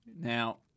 Now